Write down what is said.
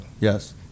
Yes